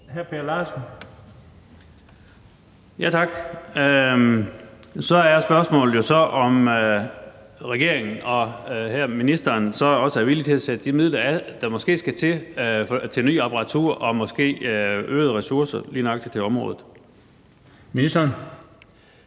Per Larsen (KF): Tak. Så er spørgsmålet jo, om regeringen og ministeren også er villig til at sætte de midler af, der måske skal til, til nyt apparatur og øgede ressourcer på lige nøjagtig det område.